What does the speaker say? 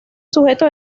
sujeto